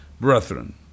Brethren